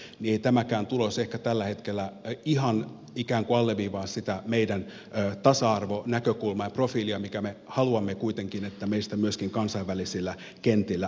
ei tämäkään tulos ehkä tällä hetkellä ihan alleviivaa sitä meidän tasa arvonäkökulmaamme ja profiiliamme jonka me haluamme kuitenkin meistä myöskin kansainvälisillä kentillä olevan